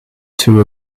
two